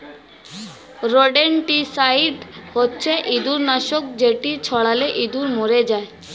rodenticide হচ্ছে ইঁদুর নাশক যেটি ছড়ালে ইঁদুর মরে যায়